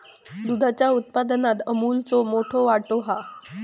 दुधाच्या उत्पादनात अमूलचो मोठो वाटो हा